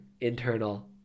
internal